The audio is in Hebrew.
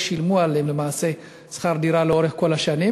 כי שילמו עליהן למעשה שכר דירה לאורך כל השנים.